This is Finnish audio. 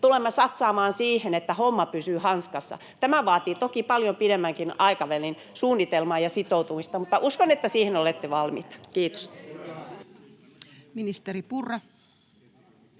tulemme satsaamaan siihen, että homma pysyy hanskassa. Tämä vaatii toki paljon pidemmänkin aikavälin suunnitelmaa ja sitoutumista, [Anne Kalmari: